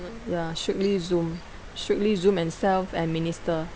ya strictly Zoom strictly Zoom and self-administer